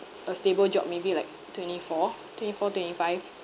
a stable job maybe like twenty four twenty four twenty five